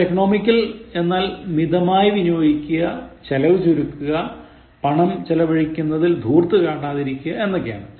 ഇവിടെ economical എന്നാൽ മിതമായി വിനിയോഗിക്കുക ചെലവ് ചുരുക്കുക പണം ചിലവഴിക്കുന്നതിൽ ധൂർത്ത് കാട്ടാതിരിക്കുക എന്നൊക്കെയാണ്